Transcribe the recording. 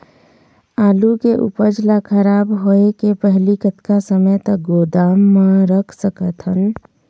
आलू के उपज ला खराब होय के पहली कतका समय तक गोदाम म रख सकत हन?